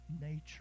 nature